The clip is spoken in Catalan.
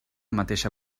mateixa